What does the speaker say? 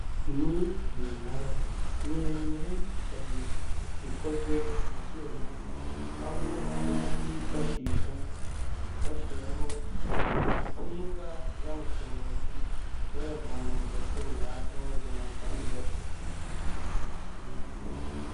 Ni iminara miremire cyane ikozwe mu byuma, aho bakunda kuyifashisha bashyiraho insinga z'amashanyarazi, bayavana mu gace runaka bayajyana mu kandi gace.